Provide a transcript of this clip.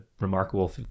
remarkable